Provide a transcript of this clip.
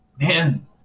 man